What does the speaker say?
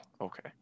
okay